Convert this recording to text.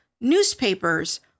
newspapers